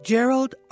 Gerald